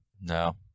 no